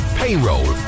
payroll